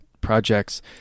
projects